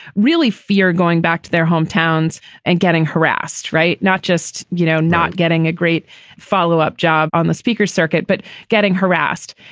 really fear going back to their hometowns and getting harassed. right. not just, you know, not getting a great follow up job on the speaker circuit, but getting harassed.